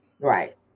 Right